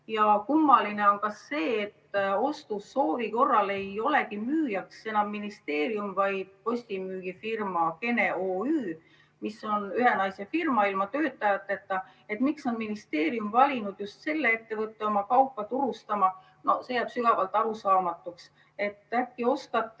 Kummaline on ka see, et ostusoovi korral ei olegi müüjaks enam ministeerium, vaid postimüügifirma Kene OÜ, mis on ühenaisefirma, ilma töötajateta. Miks on ministeerium valinud just selle ettevõtte oma kaupa turustama, jääb sügavalt arusaamatuks. Äkki oskate